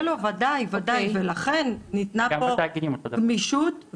גם בתאגידים זה אותו הדבר.